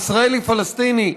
הישראלי-פלסטיני,